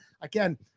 again